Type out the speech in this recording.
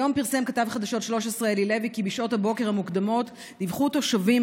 היום פרסם כתב חדשות 13 אלי לוי כי בשעות הבוקר המוקדמות דיווחו תושבים